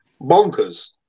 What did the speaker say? bonkers